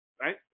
Right